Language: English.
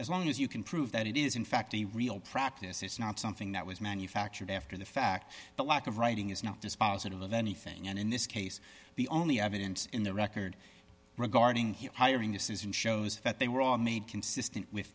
as long as you can prove that it is in fact a real practice it's not something that was manufactured after the fact but lack of writing is not dispositive of anything and in this case the only evidence in the record regarding hiring this is in shows that they were all made consistent with